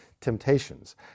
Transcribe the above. temptations